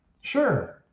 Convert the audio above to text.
Sure